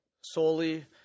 solely